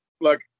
look